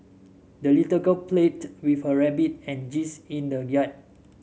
the little girl played with her rabbit and geese in the yard